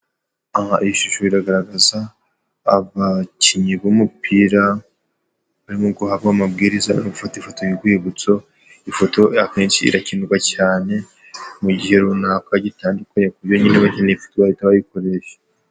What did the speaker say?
Aha iyi shusho iragaragaza abakinnyi b'umupira barimo guhabwa amabwiriza no gufata ifoto y'urwibutso, ifoto akenshi irakenerwa cyane mu gihe runaka gitandukanye, ku buryo nyine bakeneye ifoto bahita bayikoresha.